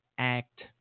Act